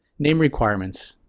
name requirements.